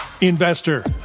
investor